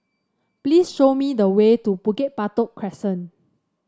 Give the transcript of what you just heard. please show me the way to Bukit Batok Crescent